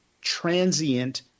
transient